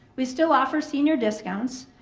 we still offer senior discounts.